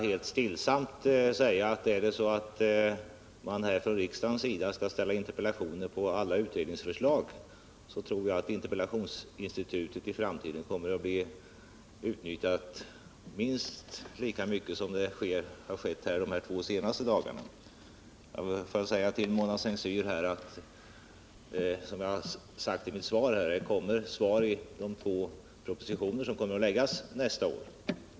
Helt stillsamt vill jag också påpeka att om man skall framställa interpellationer här i riksdagen beträffande alla utredningsförslag, så tror jag att interpellationsinstitutet i framtiden kommer att utnyttjas minst lika mycket som har varit fallet här de två senaste dagarna. Jag vill säga till Mona S:t Cyr att som jag redan sagt kommer svar att lämnas i de två propositioner som kommer att läggas fram nästa år.